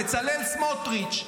בצלאל סמוטריץ',